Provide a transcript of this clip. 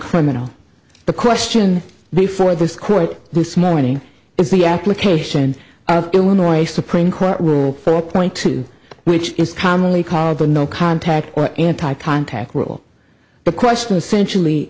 criminal the question before this court this morning is the application of illinois supreme court rule four point two which is commonly called the no contact or anti contact rule the question essentially